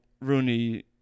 Rooney